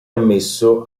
ammesso